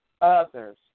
Others